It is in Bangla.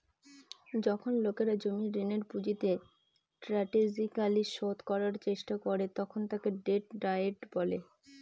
যখন লোকেরা জমির ঋণের পুঁজিকে স্ট্র্যাটেজিকালি শোধ করার চেষ্টা করে তখন তাকে ডেট ডায়েট বলে